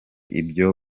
ibyo